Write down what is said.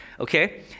Okay